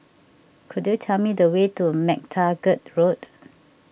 could you tell me the way to MacTaggart Road